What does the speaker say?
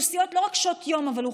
לא רק לאוכלוסיות קשות יום אלא גם